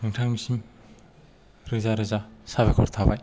नोंथांनिसिम रोजा रोजा साबायखर थाबाय